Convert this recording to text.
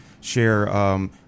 share